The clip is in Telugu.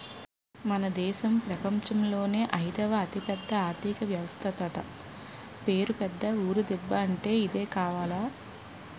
మన దేశం ప్రపంచంలోనే అయిదవ అతిపెద్ద ఆర్థిక వ్యవస్థట పేరు పెద్ద ఊరు దిబ్బ అంటే ఇదే కావాల